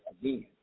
again